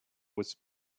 was